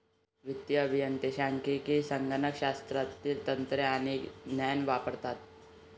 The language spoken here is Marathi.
वित्तीय अभियंते सांख्यिकी, संगणक शास्त्रातील तंत्रे आणि ज्ञान वापरतात